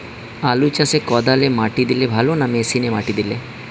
আলু চাষে কদালে মাটি দিলে ভালো না মেশিনে মাটি দিলে?